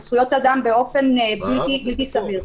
בזכויות אדם באופן בלתי סביר.